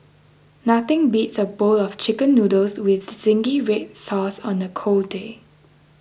nothing beats a bowl of Chicken Noodles with Zingy Red Sauce on a cold day